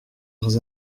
leurs